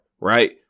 right